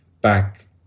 back